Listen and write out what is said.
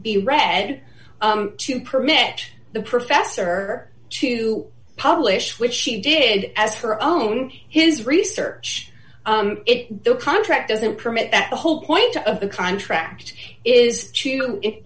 be read to permit the professor to publish which she did as her own his research it the contract doesn't permit that the whole point of the contract is to